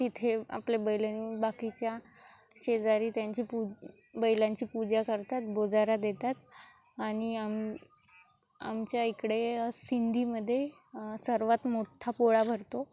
तिथे आपल्या बैल नेऊन बाकीच्या शेजारी त्यांची पू बैलांची पूजा करतात बोजारा देतात आणि आम आमच्या इकडे सिंधीमध्ये सर्वात मोठ्ठा पोळा भरतो